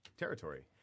territory